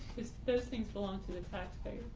those things belong to the taxpayer.